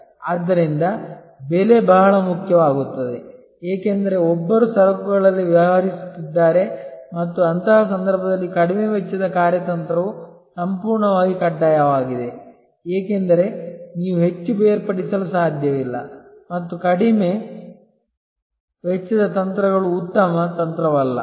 ಆದ್ದರಿಂದ ಬೆಲೆ ಬಹಳ ಮುಖ್ಯವಾಗುತ್ತದೆ ಏಕೆಂದರೆ ಒಬ್ಬರು ಸರಕುಗಳಲ್ಲಿ ವ್ಯವಹರಿಸುತ್ತಿದ್ದಾರೆ ಮತ್ತು ಅಂತಹ ಸಂದರ್ಭದಲ್ಲಿ ಕಡಿಮೆ ವೆಚ್ಚದ ಕಾರ್ಯತಂತ್ರವು ಸಂಪೂರ್ಣವಾಗಿ ಕಡ್ಡಾಯವಾಗಿದೆ ಏಕೆಂದರೆ ನೀವು ಹೆಚ್ಚು ಬೇರ್ಪಡಿಸಲು ಸಾಧ್ಯವಿಲ್ಲ ಮತ್ತು ಕಡಿಮೆ ವೆಚ್ಚದ ತಂತ್ರಗಳು ಉತ್ತಮ ತಂತ್ರವಲ್ಲ